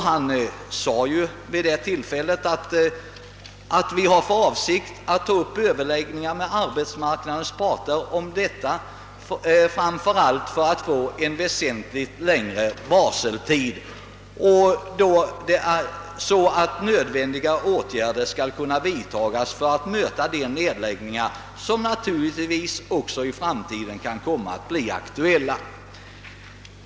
Han sade vid det tillfället: »Vi har för avsikt att ta upp överläggningar med arbetsmarknadens parter om detta, framför allt för att få en väsentligt längre varseltid, så att nödvändiga åtgärder skall kunna vidtas för att möta de nedläggningar som naturligtvis också i framtiden kan komma att bli aktuella».